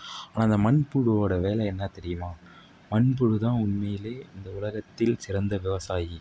ஆனால் இந்த மண்புழுவோடய வேலை என்ன தெரியுமா மண்புழு தான் உண்மையில் இந்த உலகத்தில் சிறந்த விவசாயி